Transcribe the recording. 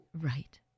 Right